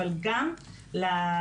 אבל גם לקצינים